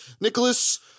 Nicholas